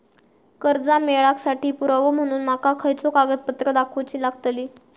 कर्जा मेळाक साठी पुरावो म्हणून माका खयचो कागदपत्र दाखवुची लागतली?